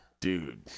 Dude